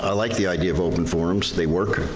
ah like the idea of open forums, they work.